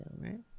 right